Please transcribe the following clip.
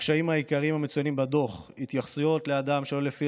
הקשיים העיקריים המצוינים בדוח: התייחסויות לאדם שלא לפי